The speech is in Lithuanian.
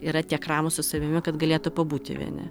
yra tiek ramūs su savimi kad galėtų pabūti vieni